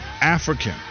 African